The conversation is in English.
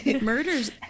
murders